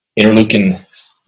interleukin